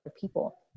people